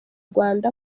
rwanda